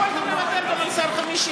יכולתם לוותר גם על שר חמישי.